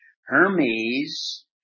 Hermes